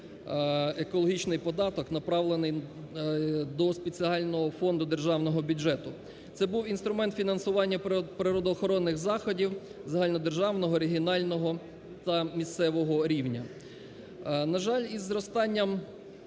екологічний податок направлений до спеціального Фонду державного бюджету. Це був інструмент фінансування природоохоронних заходів загальнодержавного, регіонального та місцевого рівнів. На жаль, із зростанням